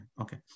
Okay